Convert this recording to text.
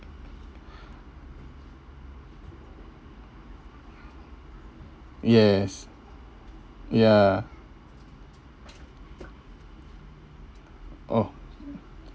yes ya oh